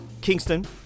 Kingston